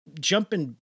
jumping